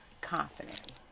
confident